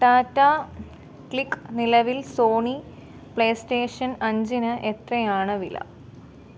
Tata Cliq നിലവിൽ Sony PlayStation അഞ്ചിന് എത്രയാണ് വില